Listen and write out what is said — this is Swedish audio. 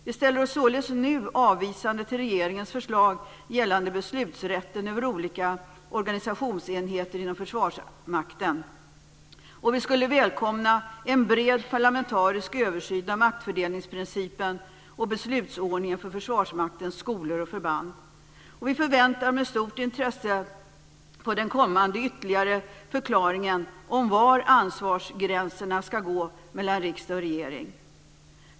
Vi ställer oss således nu avvisande till regeringens förslag gällande beslutsrätten över olika organisationsenheter inom Försvarsmakten. Vi skulle välkomna en bred parlamentarisk översyn av maktfördelningsprincipen och beslutsordningen för Försvarsmaktens skolor och förband. Vi väntar med stort intresse på den kommande ytterligare förklaringen av var ansvarsgränserna ska gå mellan riksdag och regering.